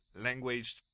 language